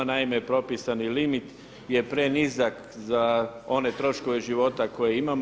Naime, propisani limit je prenizak za one troškove života koje imamo.